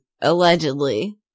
allegedly